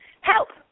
help